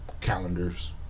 calendars